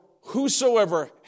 whosoever